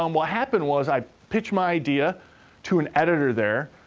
um what happened was i pitched my idea to an editor there.